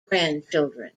grandchildren